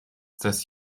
des